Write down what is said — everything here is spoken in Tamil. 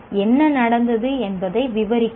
என்ன நடந்தது என்பதை விவரிக்கவும்